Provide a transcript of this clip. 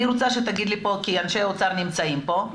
אני רוצה שתגיד לי כאן, כי אנשי האוצר נמצאים כאן.